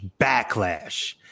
backlash